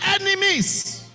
enemies